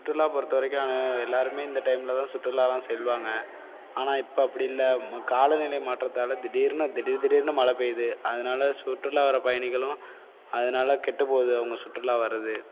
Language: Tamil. சுற்றுலா பொறுத்தவரைக்கும் எல்லாருமே இந்த டைமில் தான் சுற்றுலாலாம் செல்வாங்க ஆனால் இப்போ அப்படி இல்லை காலநிலை மாற்றத்தால் திடிர்னு திடீர் திடிர்னு மழை பெய்யுது அதனால சுற்றுலா வர பயணிகளும் அதனால கெட்டுபோகுது அவங்க சுற்றுலா வரது